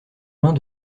mains